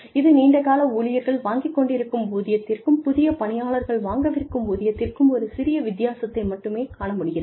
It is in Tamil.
இது நீண்டகால ஊழியர்கள் தற்போது வாங்கிக் கொண்டிருக்கும் ஊதியத்திற்கும் புதிய பணியாளர்கள் வாங்கவிருக்கும் ஊதியத்திற்கும் ஒரு சிறிய வித்தியாசத்தை மட்டுமே காண முடிகிறது